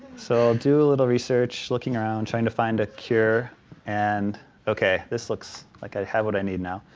so i'll do a little research looking around trying to find a cure and ok, this looks like i have what i need now.